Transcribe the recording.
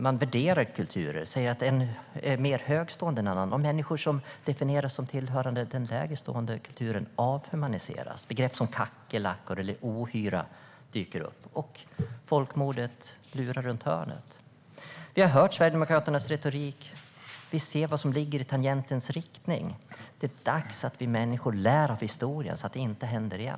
Man värderar kulturer och säger att en är mer högtstående än en annan. Människor som definieras som tillhörande den lägre stående kulturen avhumaniseras. Begrepp som kackerlackor eller ohyra dyker upp. Folkmordet lurar runt hörnet. Vi har hört Sverigedemokraternas retorik, och vi ser vad som ligger i tangentens riktning. Det är dags att vi människor lär av historien så att det inte händer igen.